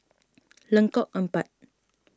Lengkok Empat